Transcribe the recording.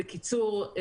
בקיצור,